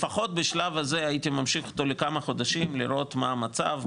לפחות בשלב הזה הייתי ממשיך איתו לכמה חודשים לראות מה המצב,